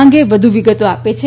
આ અંગે વધુ વિગતો આપે છે